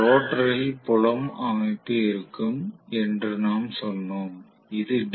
ரோட்டரில் புலம் அமைப்பு இருக்கும் என்று நாம் சொன்னோம் இது டி